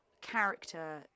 character